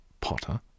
Potter